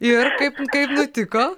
ir kaip kaip nutiko